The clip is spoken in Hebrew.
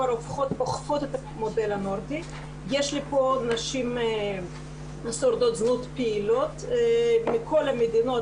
לי פה נשים שורדות זנות פעילות מכל המדינות,